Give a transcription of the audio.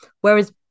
whereas